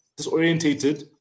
disorientated